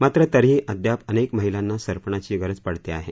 मात्र तरीही अद्याप अनेक महिलांना सरपणाची गरज पडते आहे